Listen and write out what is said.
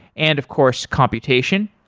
and of course computation.